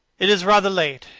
it is rather late,